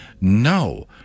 No